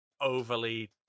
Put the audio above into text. overly